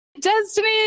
Destiny